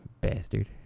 Bastard